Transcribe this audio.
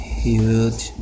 huge